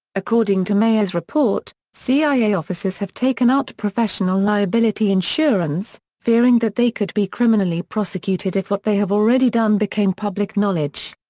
according to mayer's report, cia officers have taken out professional liability insurance, fearing that they could be criminally prosecuted if what they have already done became public knowledge.